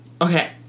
Okay